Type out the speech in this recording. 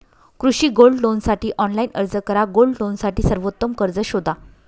कृषी गोल्ड लोनसाठी ऑनलाइन अर्ज करा गोल्ड लोनसाठी सर्वोत्तम कर्ज शोधा